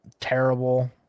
terrible